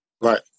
Right